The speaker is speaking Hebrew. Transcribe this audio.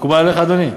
מקובל עליך, אדוני?